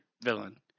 villain